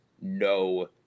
no